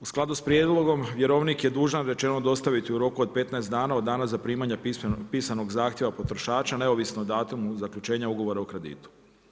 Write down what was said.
U skladu s prijedlogom vjerovnik je dužan rečeno dostaviti u roku od 15 dana od dana zaprimanja pisanog zahtjeva potrošača neovisno o datumu zaključenja ugovora o kreditu.